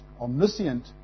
omniscient